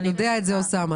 יודע את זה אוסאמה,